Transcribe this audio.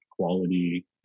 quality